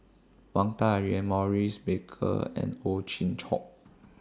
Wang Dayuan Maurice Baker and Ow Chin Hock